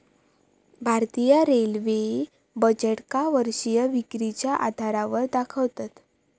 भारतीय रेल्वे बजेटका वर्षीय विक्रीच्या आधारावर दाखवतत